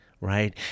right